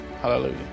Hallelujah